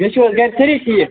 بیٚیہِ چھُو حظ گَرِ سٲری ٹھیٖک